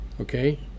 Okay